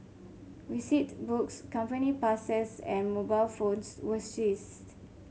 books company passes and mobile phones were seized